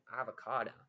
avocado